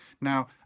Now